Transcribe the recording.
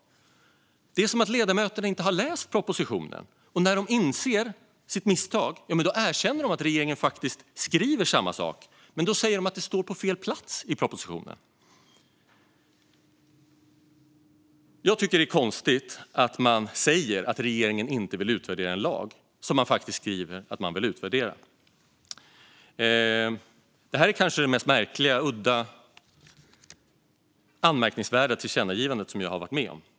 Det är som om ledamöterna inte har läst propositionen. När de sedan inser sitt misstag erkänner de att regeringen faktiskt skriver samma sak, men då säger de att det står på fel plats i propositionen. Jag tycker att det är konstigt att man säger att regeringen inte vill utvärdera en lag som man faktiskt skriver att man vill utvärdera. Det här är kanske det mest märkliga, udda och anmärkningsvärda tillkännagivande som jag varit med om.